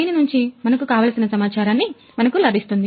దీని నుంచి మనకు కావలసిన సమాచారాన్ని మనకు లభిస్తుంది